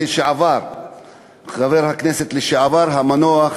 חבר הכנסת לשעבר המנוח